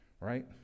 Right